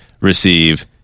receive